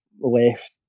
left